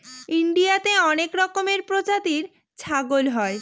ইন্ডিয়াতে অনেক রকমের প্রজাতির ছাগল হয়